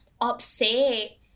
upset